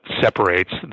separates